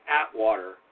Atwater